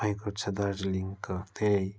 भएको छ दार्जिलिङको धेरै